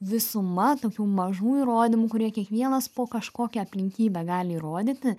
visuma tokių mažų įrodymų kurie kiekvienas po kažkokią aplinkybę gali įrodyti